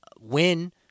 win